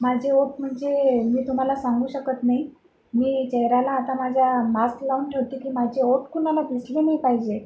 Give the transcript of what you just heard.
माझे ओठ म्हणजे मी तुम्हाला सांगू शकत नाही मी चेहऱ्याला आता माझ्या मास्क लावून ठेवते की माझे ओठ कोणाला दिसले नाही पाहिजे